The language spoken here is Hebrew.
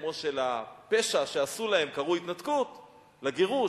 כמו שלפשע שעשו להם קראו "התנתקות" לגירוש,